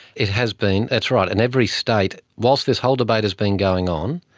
it has been, that's right, and every state, whilst this whole debate has been going on,